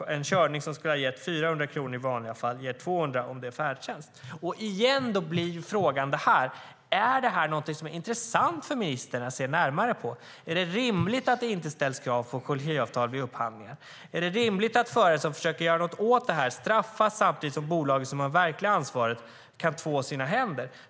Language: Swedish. En körning som i vanliga fall skulle ha gett 400 kronor i vanliga fall ger 200 om det är färdtjänst. Återigen blir frågan: Är detta någonting som är intressant för ministern att se närmare på? Är det rimligt att det inte ställs krav på kollektivavtal vid upphandlingar? Är det rimligt att förare som försöker att göra någonting åt detta straffas samtidigt som bolaget som har det verkliga ansvaret kan två sina händer?